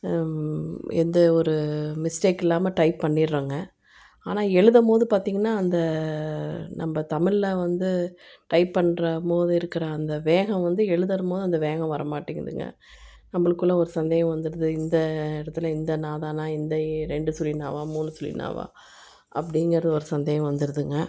எந்த ஒரு மிஸ்டேக் இல்லாம டைப் பண்ணிர்றாங்க ஆனால் எழுதும் போது பார்த்திங்கன்னா அந்த நம்ப தமிழில் வந்து டைப் பண்ணுறபோது இருக்கிற அந்த வேகம் வந்து எழுதுகிற போது அந்த வேகம் வர மாட்டிங்கிதுங்க நம்பளுக்குள்ளே ஒரு சந்தேகம் வந்துருது இந்த இடத்துல இந்த னா தானா இந்த ரெண்டு சுழி னா வா மூணு சுழி னா வா அப்படிங்கிற ஓரு சந்தேகம் வந்துருதுங்க